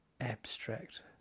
abstract